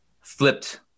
flipped